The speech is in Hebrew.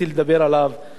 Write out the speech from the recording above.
התאונות במגזר הערבי.